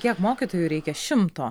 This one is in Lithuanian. kiek mokytojų reikia šimto